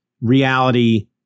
reality